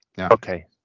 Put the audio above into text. Okay